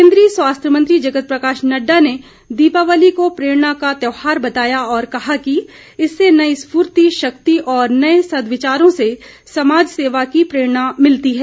केन्द्रीय स्वास्थ्य मंत्री जगत प्रकाश नड्डा ने दीपावली को प्रेरणा का त्यौहार बताया और कहा कि इससे नई स्फूर्ति शक्ति और नए सदविचारों से समाज सेवा की प्रेरणा मिलती है